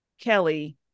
Kelly